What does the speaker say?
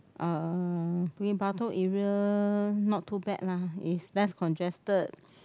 uh Bukit-Batok area not too bad lah it's less congested